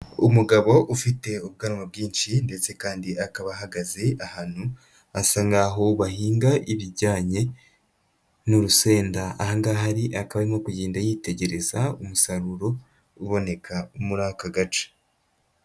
Umugabo ufite ubwanwa bwinshi ndetse kandi akaba ahagaze ahantu, asa nk'aho bahinga ibijyanye n'urusenda, aha ngaha ari akaba arimo kugenda yitegereza umusaruro uboneka muri aka gace.